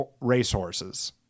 racehorses